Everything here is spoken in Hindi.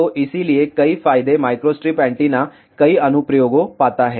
तो इसलिए कई फायदे माइक्रोस्ट्रिप एंटीना कई अनुप्रयोगों पाता है